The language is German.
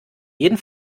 jeden